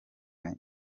nka